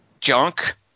Junk